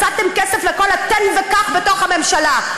מצאתם כסף לכל התן וקח בתוך הממשלה.